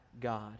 God